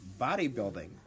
bodybuilding